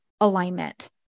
alignment